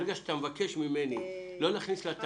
ברגע שאתה מבקש ממני לא להכניס את המילה "לתלמיד",